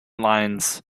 lines